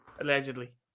allegedly